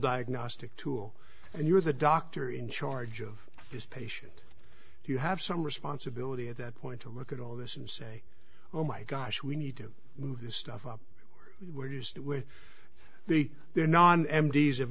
diagnostic tool and you're the doctor in charge of this patient you have some responsibility at that point to look at all this and say oh my gosh we need to move this stuff up where they they're not m d s have